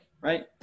Right